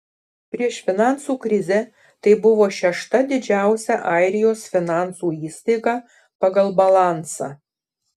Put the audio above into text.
prieš finansų krizę tai buvo šešta didžiausia airijos finansų įstaiga pagal balansą